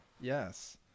Yes